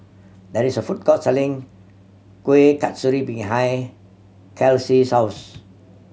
there is a food court selling Kuih Kasturi behind Kelsea's house